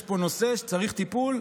יש פה נושא שצריך טיפול,